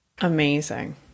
Amazing